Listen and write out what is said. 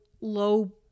low